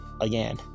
again